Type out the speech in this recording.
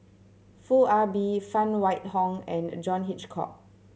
Foo Ah Bee Phan Wait Hong and John Hitchcock